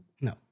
No